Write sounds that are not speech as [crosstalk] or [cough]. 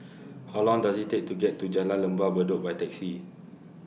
[noise] How Long Does IT Take to get to Jalan Lembah Bedok By Taxi